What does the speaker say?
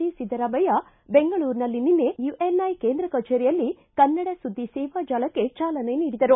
G Siddaramaiah ಬೆಂಗಳೂರಿನಲ್ಲಿ ನಿನ್ನೆ UNI ಕೇಂದ್ರ ಕಚೇರಿಯಲ್ಲಿ ಕನ್ನಡ ಸುದ್ದಿ ಸೇವಾ ಜಾಲಕ್ಕೆ ಚಾಲನೆ ನೀಡಿದರು